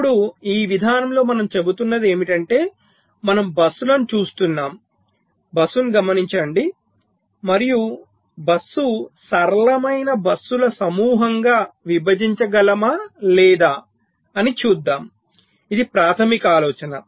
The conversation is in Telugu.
ఇప్పుడు ఈ విధానంలో మనం చెబుతున్నది ఏమిటంటే మనము బస్సులను చూస్తున్నాము బస్సును గమనించండి మరియు బస్సును సరళమైన బస్సుల సమూహంగా విభజించగలమా లేదా అని చూద్దాం ఇది ప్రాథమిక ఆలోచన